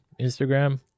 Instagram